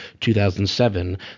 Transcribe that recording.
2007